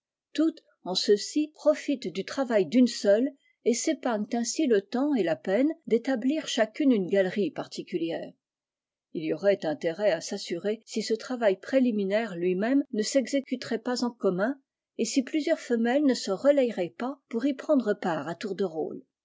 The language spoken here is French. toutes en ceci profilent du travail d'une seule et s'épargnent ainsi le temps et la peine d'établir chacune une galerie particulière il y aurait intérêt à s'assurer si ce travail préliminaire lui-même ne s'exécuterait pas en commun et si plusieurs femelles ne se relayeraient pas pour y prendre part à tour de rôle